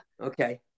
Okay